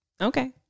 okay